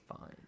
Fine